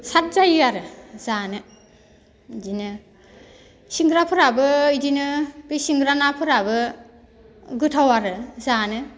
साद जायो आरो जानो इदिनो सिंग्राफोराबो इदिनो बै सिंग्रा नाफोराबो गोथाव आरो जानो